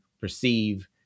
perceive